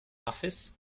office